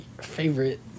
favorite